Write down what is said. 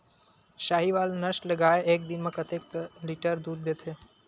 साहीवल नस्ल गाय एक दिन म कतेक लीटर दूध देथे?